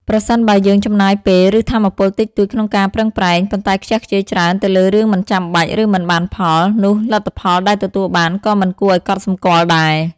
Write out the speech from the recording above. ប្រសិនបើយើងចំណាយពេល ឬថាមពលតិចតួចក្នុងការប្រឹងប្រែង ប៉ុន្តែខ្ជះខ្ជាយច្រើនទៅលើរឿងមិនចាំបាច់ ឬមិនបានផល នោះលទ្ធផលដែលទទួលបានក៏មិនគួរឱ្យកត់សម្គាល់ដែរ។